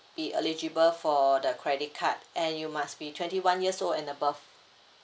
be eligible for the credit card and you must be twenty one years old and above